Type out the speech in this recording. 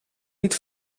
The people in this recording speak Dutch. niet